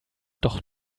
doch